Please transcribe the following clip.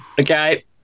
Okay